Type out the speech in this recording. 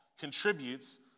contributes